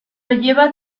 lleva